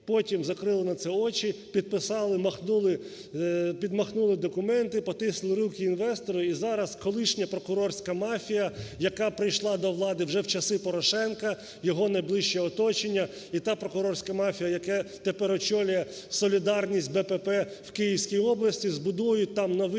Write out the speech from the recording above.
потім закрили на це очі, підписали, махнули, підмахнули документи, потиснули руки інвестору, і зараз колишня прокурорська мафія, яка прийшла до влади вже в часи Порошенка, його найближче уточнення, і та прокурорська мафія, яка тепер очолює солідарність з БПП в Київській області, збудують там новий